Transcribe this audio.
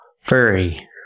Furry